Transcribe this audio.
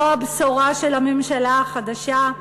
זו הבשורה של הממשלה החדשה?